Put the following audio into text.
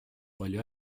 palju